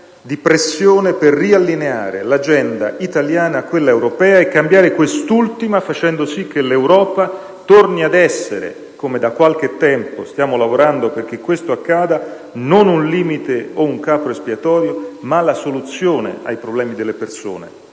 di pressione per riallineare l'agenda italiana a quella europea e cambiare quest'ultima, facendo sì che l'Europa torni ad essere, come da qualche tempo stiamo lavorando perché accada, non un limite o un capro espiatorio, ma la soluzione ai problemi delle persone,